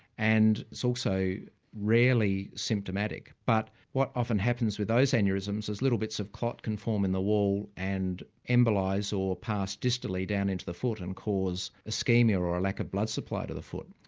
and it's so also rarely symptomatic. but what often happens with those aneurysms is little bits of clot can form in the wall, and embolise or pass distally down into the foot, and cause ischemia, or a lack of blood supply to the foot.